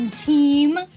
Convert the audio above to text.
team